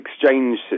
exchange